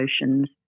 emotions